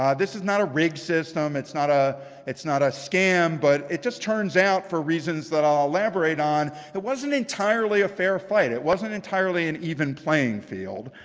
um this is not a rigged system. it's not ah it's not ah scam. but it just turns out for reasons that i'll elaborate on it, wasn't entirely a fair fight. it wasn't entirely an even playing field.